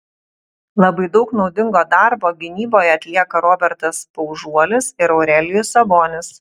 labai daug naudingo darbo gynyboje atlieka robertas paužuolis ir aurelijus sabonis